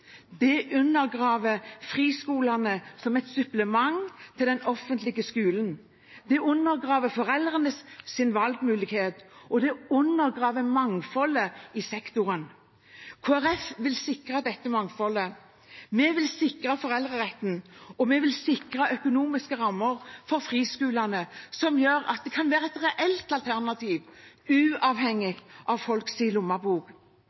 Det undergraver friskolene som et supplement til den offentlige skolen. Det undergraver foreldrenes valgmulighet og mangfoldet i sektoren. Kristelig Folkeparti vil sikre dette mangfoldet. Vi vil sikre foreldreretten, og vi vil sikre økonomiske rammer for friskolene som gjør at det kan være et reelt alternativ, uavhengig av folks lommebok. I